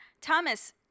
Thomas